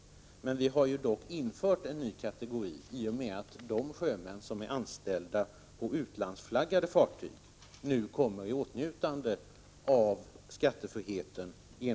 Vi har dock infört en ny kategori i och med att de sjömän som är anställda på utlandsflaggade fartyg nu kommer i åtnjutande av skattefrihet.